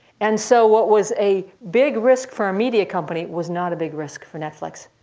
and so what was a big risk for a media company was not a big risk for netflix.